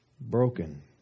Broken